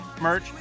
merch